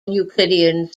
euclidean